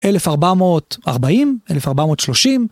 1440, 1430.